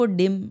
dim